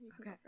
okay